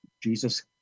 Jesus